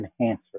enhancer